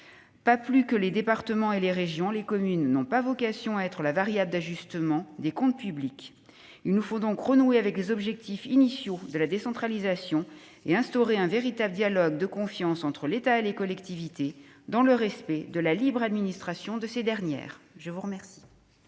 Pas plus que les départements et les régions, les communes n'ont vocation à être les variables d'ajustement des comptes publics. Il nous faut donc renouer avec les objectifs initiaux de la décentralisation et instaurer un véritable dialogue de confiance entre l'État et les collectivités, dans le respect de la libre administration de ces dernières. La parole